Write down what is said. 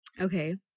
Okay